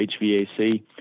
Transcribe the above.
HVAC